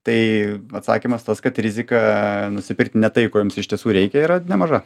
tai atsakymas tas kad rizika nusipirkti ne tai ko jums iš tiesų reikia yra nemaža